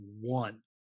one